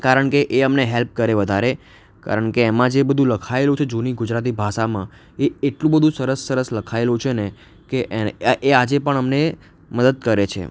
કારણકે એ અમને હેલ્પ કરે વધારે કારણકે એમાં જે બધુ લખાયેલું છે જૂની ગુજરાતી ભાષામાં એ એટલું બધું સરસ સરસ લખાયેલું છે ને કે એને એ આજે પણ અમને મદદ કરે છે